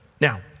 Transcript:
Now